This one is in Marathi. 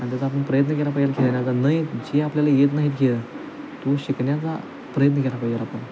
आणि त्याचा आपण प्रयत्न केला पाहिजे खेळण्याचा न आहेत जे आपल्याला येत नाहीत खेळ तो शिकण्याचा प्रयत्न केला पाहिजे आपण